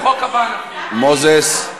בחוק הבא, מוזס.